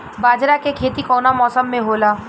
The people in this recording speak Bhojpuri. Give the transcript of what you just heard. बाजरा के खेती कवना मौसम मे होला?